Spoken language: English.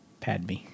Padme